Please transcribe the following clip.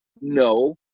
No